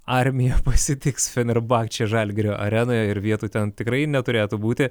armija pasitiks fenerbahčę žalgirio arenoje ir vietų ten tikrai neturėtų būti